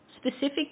specific